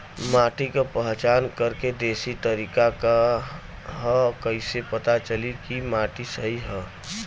माटी क पहचान करके देशी तरीका का ह कईसे पता चली कि माटी सही ह?